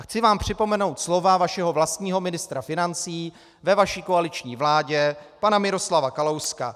Chci vám připomenout slova vašeho vlastního ministra financí ve vaší koaliční vládě, pana Miroslava Kalouska.